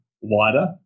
wider